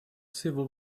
civil